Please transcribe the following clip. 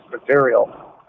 material